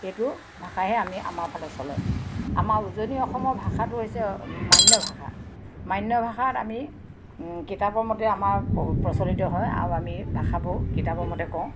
সেইটো ভাষাহে আমি আমাৰ ফালে চলে আমাৰ উজনি অসমৰ ভাষাটো হৈছে মান্য ভাষা মান্য ভাষাত আমি কিতাপৰ মতে আমাৰ প্ৰচলিত হয় আৰু আমি ভাষাবোৰ কিতাপৰ মতে কওঁ